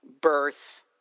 birth